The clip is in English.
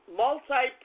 multi